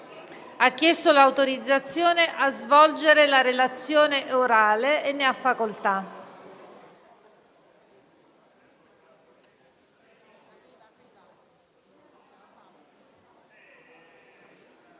ha chiesto l'autorizzazione a svolgere la relazione orale. Non facendosi